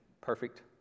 perfect